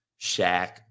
Shaq